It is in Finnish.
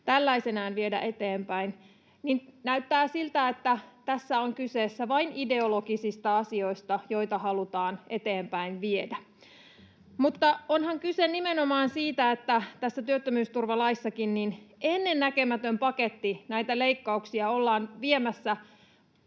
tällaisenaan viedä eteenpäin, niin näyttää siltä, että tässä on kyse vain ideologisista asioista, joita halutaan eteenpäin viedä. Mutta onhan kyse nimenomaan siitä, että tässä työttömyysturvalaissakin ennennäkemätön paketti näitä leikkauksia ollaan viemässä